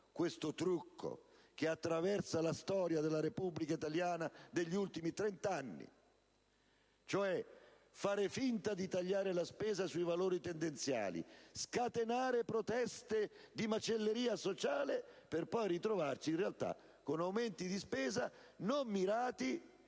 questo trucco che attraversa la storia della Repubblica italiana degli ultimi trent'anni, cioè far finta di tagliare la spesa sui valori tendenziali, scatenare proteste da macelleria sociale e poi ritrovarci, in realtà, con aumenti di spesa non mirati,